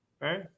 right